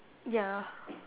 ya